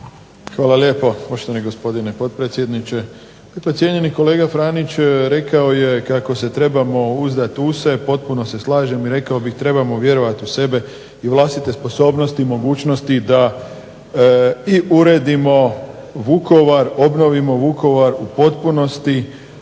Hvala lijepo poštovani gospodine potpredsjedniče. Pa cijenjeni kolega Franić rekao je kako se trebamo uzdati u se. Potpuno se slažem i rekao bih trebamo vjerovati u sebe i u vlastite sposobnosti, mogućnosti da i uredimo Vukovar, obnovimo Vukovar u potpunosti.